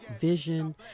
vision